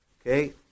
Okay